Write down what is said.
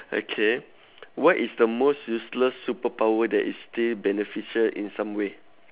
okay what is the most useless superpower that is still beneficial in some way